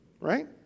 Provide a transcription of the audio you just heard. Right